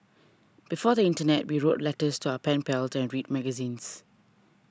before the internet we wrote letters to our pen pals and read magazines